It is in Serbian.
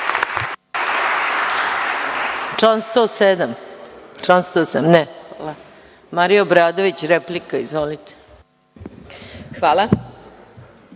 Hvala.